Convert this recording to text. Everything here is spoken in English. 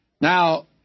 Now